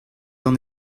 d’an